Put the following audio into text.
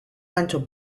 gancho